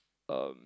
um